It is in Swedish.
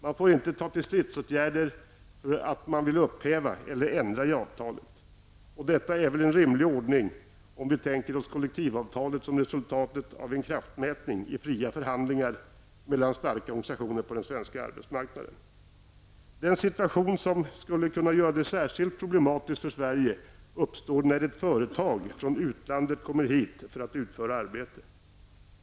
Man får inte ta till stridsåtgärder för att man vill upphäva eller ändra i avtalet. Detta är väl en rimlig ordning om vi tänker oss kollektivavtalet som resultatet av en kraftmätning i fria förhandlingar mellan starka organisationer på den svenska arbetsmarknaden. Den situation som skulle kunna göra det särskilt problematiskt för Sverige uppstår när ett företag från utlandet kommer hit för att utföra arbete.